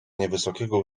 niewysokiego